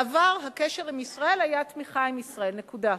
בעבר הקשר עם ישראל היה תמיכה בישראל, נקודה.